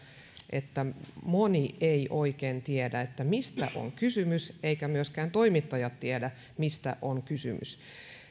että moni ei oikein tiedä mistä on kysymys eivätkä myöskään toimittajat tiedä mistä on kysymys